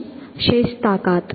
પછી શેષ તાકાત